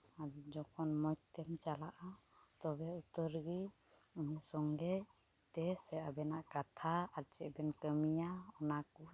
ᱟᱫᱚ ᱡᱚᱠᱷᱚᱱ ᱢᱚᱡᱽ ᱛᱮᱢ ᱪᱟᱞᱟᱜᱼᱟ ᱛᱚᱵᱮ ᱩᱛᱟᱹᱨ ᱜᱮ ᱚᱱᱟ ᱥᱚᱸᱜᱮ ᱛᱮ ᱟᱵᱮᱱᱟᱜ ᱠᱟᱛᱷᱟ ᱟᱨ ᱪᱮᱫ ᱵᱮᱱ ᱠᱟᱹᱢᱤᱭᱟ ᱚᱱᱟ